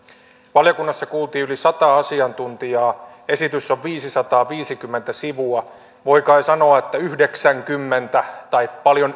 valiokunnassa kuultiin yli sataa asiantuntijaa esitys on viisisataaviisikymmentä sivua voi kai sanoa että yhdeksästäkymmenestä prosentista tai paljon